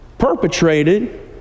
Perpetrated